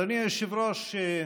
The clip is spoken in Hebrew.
אדוני היושב-ראש,